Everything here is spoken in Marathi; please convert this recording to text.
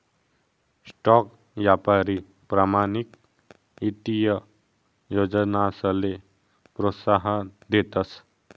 स्टॉक यापारी प्रमाणित ईत्तीय योजनासले प्रोत्साहन देतस